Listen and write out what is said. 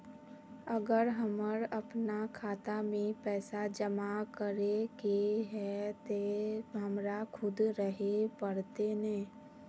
अगर हमर अपना खाता में पैसा जमा करे के है ते हमरा खुद रहे पड़ते ने?